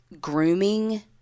grooming